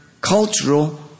cultural